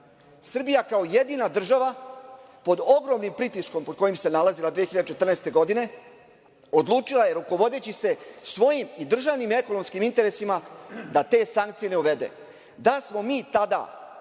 kao jedina država pod ogromnim pritiskom pod kojim se nalazila 2014. godine, odlučila je rukovodeći se svojim i državnim ekonomskim interesima da te sankcije ne uvede. Da smo mi tada